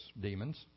demons